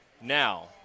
now